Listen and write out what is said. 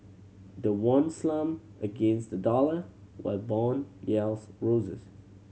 the won slumped against the dollar while bond yields roses